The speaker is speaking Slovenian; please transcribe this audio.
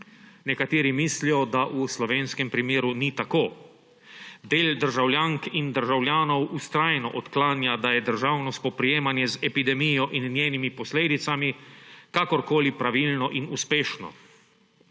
Nekateri mislijo, da v slovenskem primeru ni tako. Del državljank in državljanov vztrajno odklanja, da je državno spoprijemanje z epidemijo in njenimi posledicami kakorkoli pravilno in uspešno.